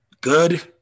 good